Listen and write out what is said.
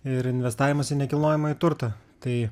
ir investavimas į nekilnojamąjį turtą tai